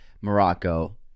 Morocco